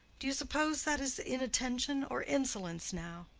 do you suppose that is inattention or insolence, now?